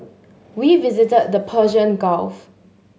we visited the Persian Gulf